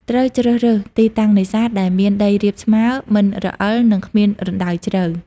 ត្រូវជ្រើសរើស ទីតាំងនេសាទ ដែលមានដីរាបស្មើ មិនរអិល និងគ្មានរណ្តៅជ្រៅ។